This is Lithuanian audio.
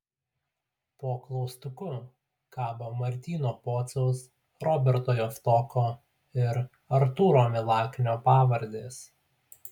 po klaustuku kabo martyno pociaus roberto javtoko ir artūro milaknio pavardės